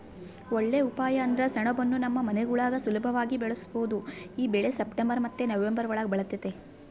ಒಳ್ಳೇ ಉಪಾಯ ಅಂದ್ರ ಸೆಣಬುನ್ನ ನಮ್ ಮನೆಗುಳಾಗ ಸುಲುಭವಾಗಿ ಬೆಳುಸ್ಬೋದು ಈ ಬೆಳೆ ಸೆಪ್ಟೆಂಬರ್ ಮತ್ತೆ ನವಂಬರ್ ಒಳುಗ ಬೆಳಿತತೆ